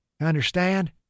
Understand